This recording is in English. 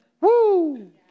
Woo